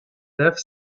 death